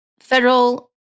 federal